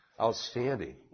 Outstanding